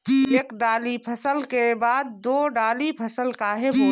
एक दाली फसल के बाद दो डाली फसल काहे बोई?